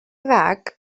fag